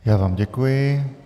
Já vám děkuji.